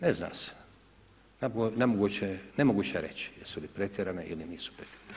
Ne zna se, nemoguće je reći jesu li pretjerane ili nisu pretjerane.